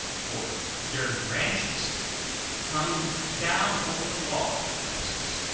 for their branches hung down over the wall in places.